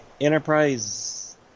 Enterprise